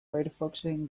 firefoxen